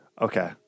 Okay